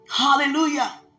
Hallelujah